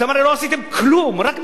אתם הרי לא עשיתם כלום, רק מקשקשים.